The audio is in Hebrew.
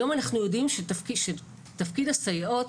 היום אנחנו יודעים שתפקיד הסייעות,